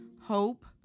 hope